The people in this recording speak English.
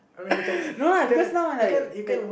no lah because now I like like